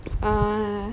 ah